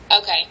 Okay